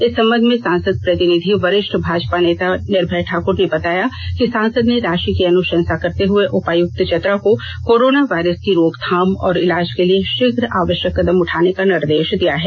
इस संबंध में सांसद प्रतिनिधि वरिष्ठ भाजपा नेता निर्भय ठाकर ने बताया कि सांसद ने राशि की अनुशंसा करते हुए उपायुक्त चतरा को कोरोना वायरस की रोकथाम और ईलाज के लिए शीघ्र आवश्यक कदम उठाने का निर्देश दिया है